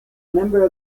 member